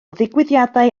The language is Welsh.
ddigwyddiadau